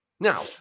Now